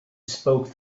spoke